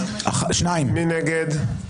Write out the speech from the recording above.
מי נגד?